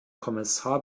kommissar